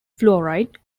fluoride